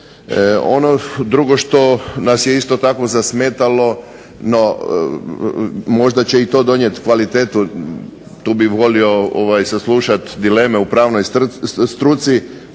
Ono drugo što nas je isto tako zasmetalo no možda će i to donijeti kvalitetu, tu bih volio saslušati dileme u pravnoj struci.